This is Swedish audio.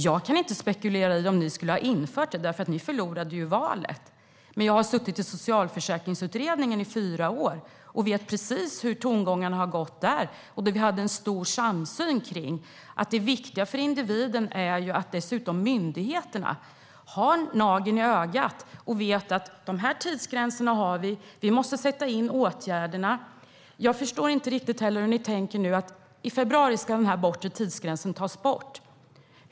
Jag kan inte spekulera i om ni skulle ha infört det, därför att ni ju förlorade valet, men jag har suttit i Socialförsäkringsutredningen i fyra år och vet precis hur tongångarna har gått där. Vi hade en stor samsyn om att det viktiga för individen är att myndigheterna har nageln i ögat i fråga om tidsgränser för när åtgärder ska sättas in. Jag förstår inte heller hur ni tänker i fråga om att den bortre tidsgränsen ska tas bort i februari.